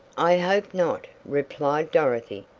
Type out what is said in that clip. i hope not, replied dorothy,